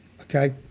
Okay